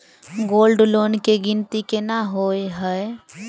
Gold loan केँ गिनती केना होइ हय?